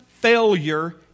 failure